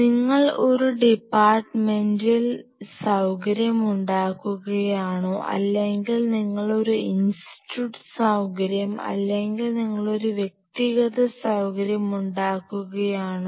നിങ്ങൾ ഒരു ഡിപ്പാർട്ട്മെന്റൽ സൌകര്യം ഉണ്ടാക്കുകയാണോ അല്ലെങ്കിൽ നിങ്ങൾ ഒരു ഇൻസ്റ്റിറ്റ്യൂട്ട് സൌകര്യം അല്ലെങ്കിൽ നിങ്ങൾ ഒരു വ്യക്തിഗത സൌകര്യം ഉണ്ടാക്കുകയാണോ